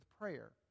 prayer